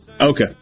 Okay